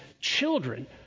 children